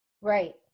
Right